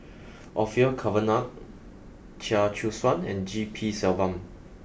Orfeur Cavenagh Chia Choo Suan and G P Selvam